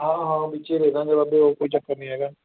ਹਾਂ ਹਾਂ ਵਿੱਚੇ ਦੇਦਾਂਗੇ ਬਾਬੇ ਕੋਈ ਚੱਕਰ ਨਹੀਂ ਹੈਗਾ